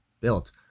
built